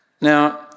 Now